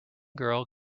girl